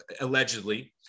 allegedly